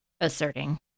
asserting